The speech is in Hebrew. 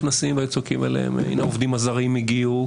צועקים עליהם ואומרים הנה העובדים הזרים הגיעו.